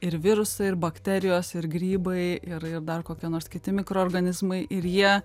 ir virusai ir bakterijos ir grybai ir ir dar kokie nors kiti mikroorganizmai ir jie